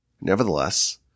nevertheless